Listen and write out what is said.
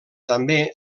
també